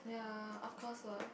ya of course lah